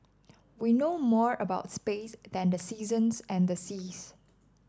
we know more about space than the seasons and the seas